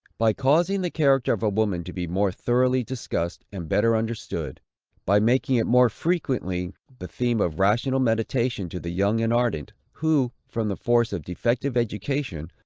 by causing the character of woman to be more thoroughly discussed and better understood by making it more frequently the theme of rational meditation to the young and ardent, who, from the force of defective education,